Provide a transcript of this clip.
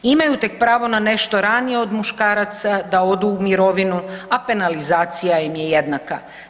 Imaju tek pravo na nešto ranije od muškaraca da odu u mirovinu, a penalizacija im je jednaka.